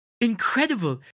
incredible